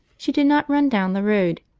she did not run down the road,